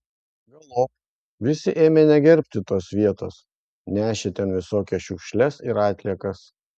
galop visai ėmė negerbti tos vietos nešė ten visokias šiukšles ir atliekas